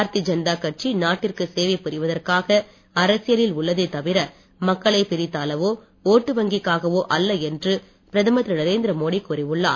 பாரதிய ஜனதா கட்சி நாட்டிற்கு சேவை புரிவதற்காக அரசியலில் உள்ளதே தவிர மக்களை பிரித்தாளவோ ஓட்டு வங்கிக்காகவோ அல்ல என்று பிரதமர் திரு நரேந்திர மோடி கூறியுள்ளார்